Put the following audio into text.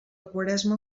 quaresma